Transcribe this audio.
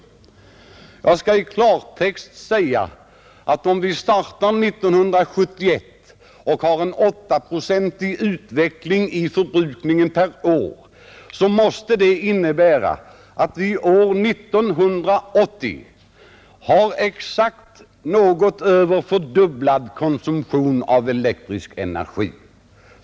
Jag vill gärna säga i klartext, att om vi startar 1971 med en årlig åttaprocentig ökning av elförbrukningen, så innebär det att vi år 1980 har något mer än fördubblat vår konsumtion av elektrisk energi.